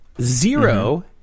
Zero